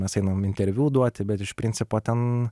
mes einam interviu duoti bet iš principo ten